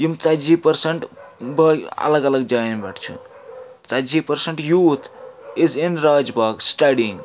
یِم ژَتجی پٔرسَنٹ بٲے الگ الگ جاَین پٮ۪ٹھ چھِ ژَتجی percent youth is in Raj Bagh standing